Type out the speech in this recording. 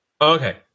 Okay